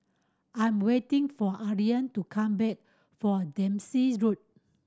I'm waiting for Adriane to come back from Dempsey Road